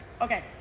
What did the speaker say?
Okay